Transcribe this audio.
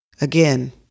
Again